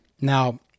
Now